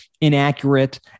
inaccurate